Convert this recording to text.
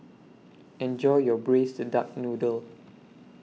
Enjoy your Braised Duck Noodle